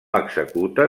executa